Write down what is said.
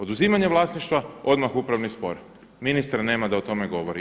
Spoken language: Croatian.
Oduzimanje vlasništva odmah upravni spor, ministra nema da o tome govori.